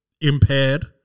impaired